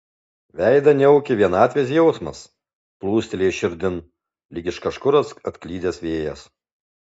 veidą niaukė vienatvės jausmas plūstelėjęs širdin lyg iš kažkur atklydęs vėjas